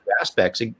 aspects